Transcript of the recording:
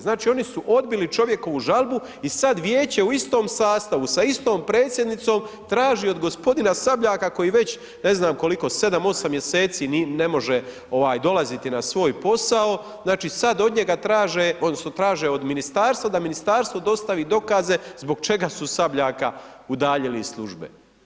Znači oni su odbili čovjekovu žalbu i sada vijeće u istom sastavu sa istom predsjednicom, traži od g. Sabljaka, koji već, ne znam, koliko, 7, 8 mj. ne može dolaziti na svoj posao, znači sada od njega traže, odnosno, traže od Ministarstva, da Ministarstvo dostavi dokaze, zbog čega su Sabljaka udaljili iz službe.